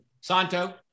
Santo